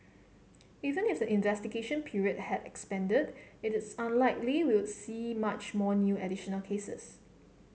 even if investigation period had expanded it is unlikely we would see much more new additional cases